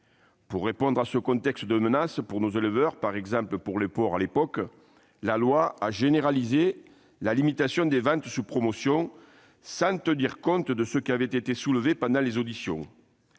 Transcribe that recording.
Pour répondre à ce contexte de menace pour nos éleveurs, par exemple dans la filière porcine, la loi a généralisé la limitation des ventes sous promotion sans tenir compte d'un argument soulevé durant les auditions